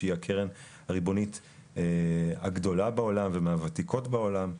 שהיא הקרן הריבונית הגדולה בעולם ומהוותיקות בעולם,